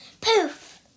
Poof